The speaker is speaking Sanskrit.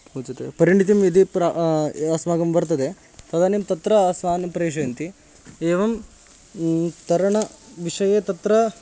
किमुच्यते परिणितिं यदि प्र अस्माकं वर्तते तदानीं तत्र अस्मान् प्रेषयन्ति एवं तरणविषये तत्र